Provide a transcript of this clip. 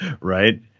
Right